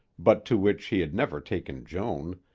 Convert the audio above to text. but to which he had never taken joan,